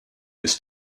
this